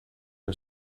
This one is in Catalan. que